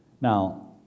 Now